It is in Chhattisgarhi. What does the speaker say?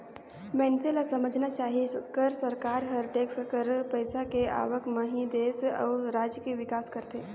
मइनसे ल समझना चाही कर सरकार हर टेक्स कर पइसा के आवक म ही देस अउ राज के बिकास करथे